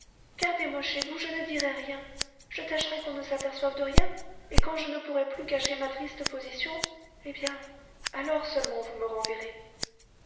gardez-moi chez vous je ne dirai rien je tâcherai qu'on ne s'aperçoive de rien et quand je ne pourrai plus cacher ma triste position eh bien alors seulement vous me renverrez